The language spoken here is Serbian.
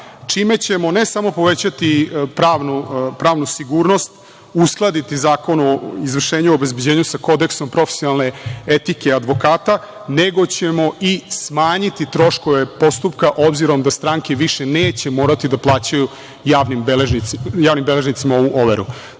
čime ćemo ne samo povećati pravnu sigurnost, uskladiti Zakon o izvršenju i obezbeđenju sa kodeksom profesionalne etike advokata, nego ćemo i smanjiti troškove postupka, obzirom da stranke više neće morati da plaćaju javnim beležnicima overu. Zato,